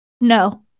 No